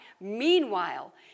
meanwhile